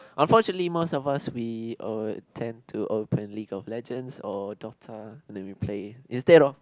unfortunately most of us we oh tend to open League of Legends or Dota then we play instead of